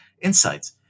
insights